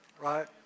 right